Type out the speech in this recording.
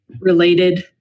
related